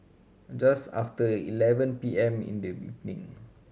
just after eleven P M in the evening